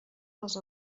les